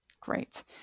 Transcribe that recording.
Great